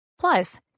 Plus